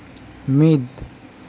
ᱢᱤᱫ